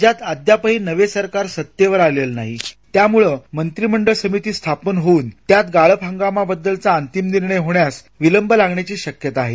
राज्यात अद्यापही नव सरकार सत्तेवर आलेल नाही त्यामुळ मंत्रिमंडळ समिती स्थापन होऊन त्यात गाळप हंगामाबद्दलचा अंतिम निर्णय होण्यास विलंब लागण्याची शक्यता आहे